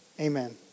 Amen